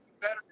better